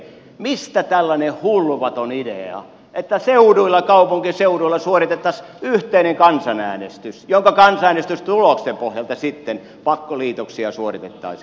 mistä tällainen hulvaton idea että kaupunkiseuduilla suoritettaisiin yhteinen kansanäänestys jonka kansanäänestystuloksen pohjalta sitten pakkoliitoksia suoritettaisiin